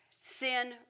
Sin